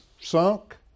sunk